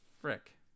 Frick